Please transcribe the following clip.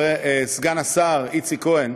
סגן השר איציק כהן,